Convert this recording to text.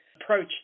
approach